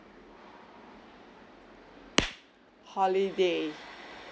holiday